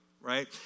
right